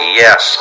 yes